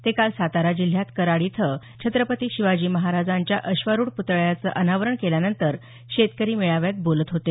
ते काल सातारा जिल्ह्यात कराड इथं छत्रपती शिवाजी महाराजांच्या अश्वारुढ पुतळ्याचं अनावरण केल्यानंतर शेतकरी मेळाव्यात बोलत होते